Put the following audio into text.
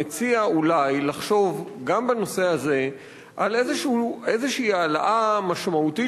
אני מציע אולי לחשוב גם בנושא הזה על איזה העלאה משמעותית